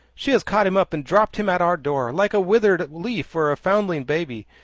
she has caught him up and dropped him at our door, like a withered leaf or a foundling baby.